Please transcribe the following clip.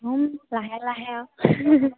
লাহে লাহে আৰু